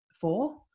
four